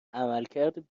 عملکرد